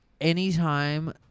anytime